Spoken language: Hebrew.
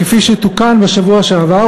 כפי שתוקן בשבוע שעבר,